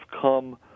come